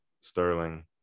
Sterling